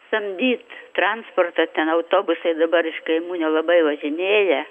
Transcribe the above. samdyt transportą ten autobusai dabar iš kaimų nelabai važinėja